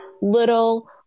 little